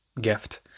gift